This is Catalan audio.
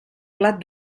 plat